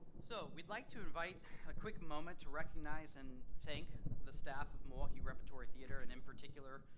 so we'd like to invite a quick moment to recognize and thank the staff of milwaukee repertory theater and in particular,